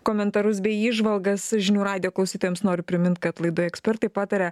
komentarus bei įžvalgas žinių radijo klausytojams noriu primint kad laidoj ekspertai pataria